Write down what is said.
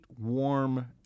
warm